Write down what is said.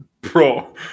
Bro